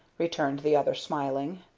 returned the other, smiling.